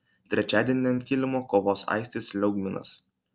trečiadienį ant kilimo kovos aistis liaugminas